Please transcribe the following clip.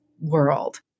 world